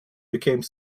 became